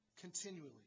continually